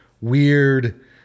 Weird